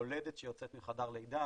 יולדת שיוצאת מחדר לידה,